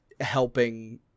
helping